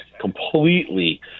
completely